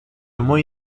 muy